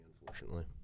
unfortunately